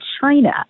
China